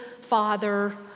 father